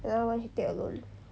then another one she take alone